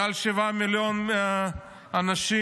מעל 7 מיליון אנשים,